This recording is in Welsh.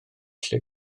lle